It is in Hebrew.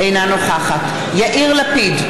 אינה נוכחת יאיר לפיד,